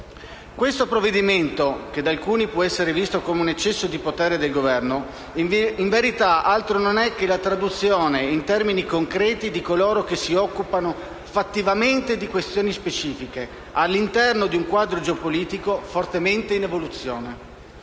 Questo procedimento, che da alcuni può essere visto come un eccesso di potere del Governo, in verità altro non è che l'individuazione in termini concreti di coloro che si occupano fattivamente di questioni specifiche, all'interno di un quadro geopolitico fortemente in evoluzione.